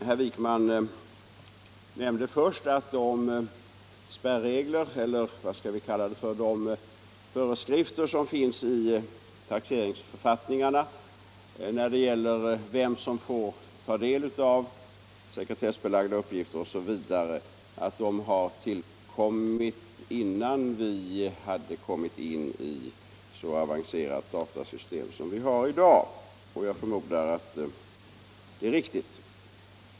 Herr Wijkman nämnde först att de föreskrifter som finns i taxeringsförfattningarna om vem som får ta del av sekretessbelagda uppgifter osv. tillkom innan vi hade så avancerade datasystem som vi har i dag. Jag förmodar att detta är riktigt.